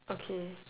okay